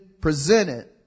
presented